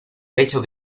pecho